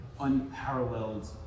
unparalleled